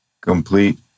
complete